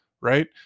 right